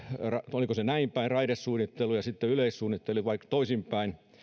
oliko se näin päin että raidesuunnittelu ja sitten yleissuunnittelu vai toisin päin